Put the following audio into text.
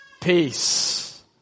peace